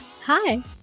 Hi